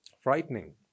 frightening